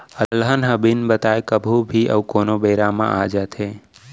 अलहन ह बिन बताए कभू भी अउ कोनों बेरा म आ जाथे